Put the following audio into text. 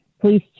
please